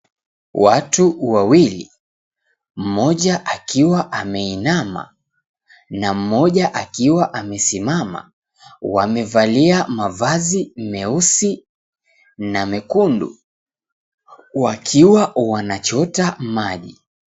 Watu wawili, mmoja akiwa ameinama na mmoja akiwa amesimama wamevalia mavazi meusi na mekundu wakiwa wanachota maji.